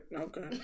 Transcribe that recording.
okay